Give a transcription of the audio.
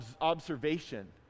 observation